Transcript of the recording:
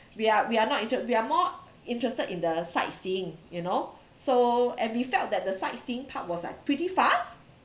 we are we are not inter~ we are more interested in the sightseeing you know so and felt that the sightseeing part was like pretty fast